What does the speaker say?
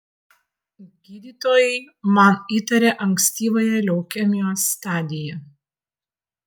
gydytojai man įtarė ankstyvąją leukemijos stadiją